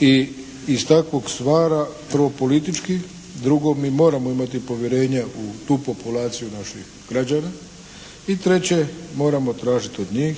i iz takvog stvara prvo politički, drugo mi moramo imati povjerenja u tu populaciju naših građana i treće moramo tražiti od njih